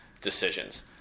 decisions